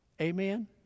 amen